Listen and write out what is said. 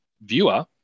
viewer